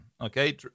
okay